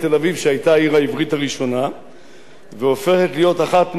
והופכת להיות אחת מהערים האפריקניות האחרונות,